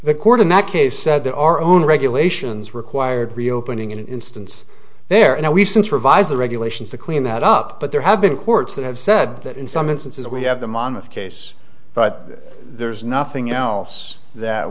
the court in that case said that our own regulations required reopening an instance there and we've since revised the regulations to clean that up but there have been courts that have said that in some instances we have them on with case but there's nothing else that